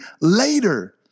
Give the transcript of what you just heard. later